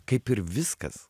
kaip ir viskas